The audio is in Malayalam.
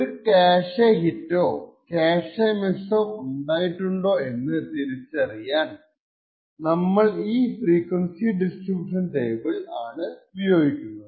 ഒരു ക്യാഷെ ഹിറ്റോ ക്യാഷെ മിസ്സോ ഉണ്ടായിട്ടുണ്ടോ എന്ന് തിരിച്ചറിയാൻ നമ്മൾ ഈ ഫ്രീക്വൻസി ഡിസ്ട്രിബൂഷൻ ടേബിൾ ആണ് ഉപയോഗിക്കുന്നത്